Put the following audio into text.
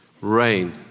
Rain